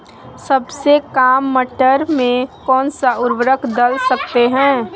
सबसे काम मटर में कौन सा ऊर्वरक दल सकते हैं?